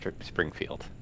Springfield